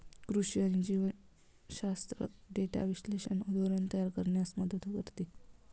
कृषी आणि जीवशास्त्र डेटा विश्लेषण धोरण तयार करण्यास मदत करते